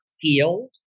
field